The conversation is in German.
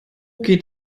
geht